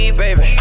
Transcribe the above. baby